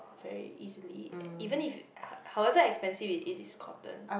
very easily even if however expensive it is it's cotton